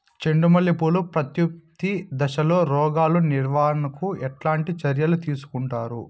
చెండు మల్లె పూలు ప్రత్యుత్పత్తి దశలో రోగాలు నివారణకు ఎట్లాంటి చర్యలు తీసుకుంటారు?